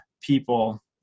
people